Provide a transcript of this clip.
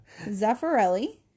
Zaffarelli